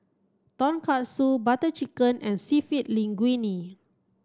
Tonkatsu Butter Chicken and Linguine